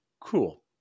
cool